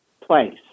place